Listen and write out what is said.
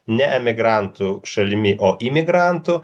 ne emigrantų šalimi o imigrantų